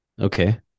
okay